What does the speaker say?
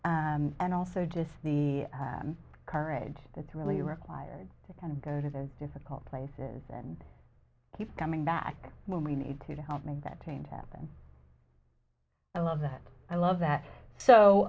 and also just the courage that's really required to kind of go to those difficult places and keep coming back when we need to to help make that change happen i love that i love that